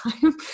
time